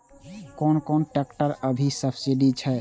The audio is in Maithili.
कोन कोन ट्रेक्टर अभी सब्सीडी छै?